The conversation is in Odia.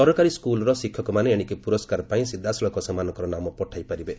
ସରକାରୀ ସ୍କୁଲ୍ର ଶିକ୍ଷକମାନେ ଏଶିକି ପୁରସ୍କାର ପାଇଁ ସିଧାସଳଖ ସେମାନଙ୍କର ନାମ ପଠାଇ ପାରିବେ